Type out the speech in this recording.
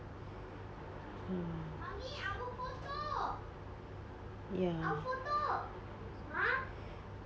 mm ya